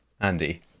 Andy